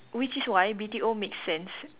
which is why B_T_O makes sense